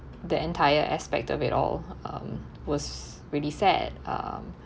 the entire aspect of it all um was really sad um